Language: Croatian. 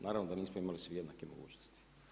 Naravno da nismo imali svi jednako mogućnosti.